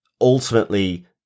ultimately